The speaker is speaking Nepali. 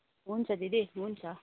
हुन्छ दिदी हुन्छ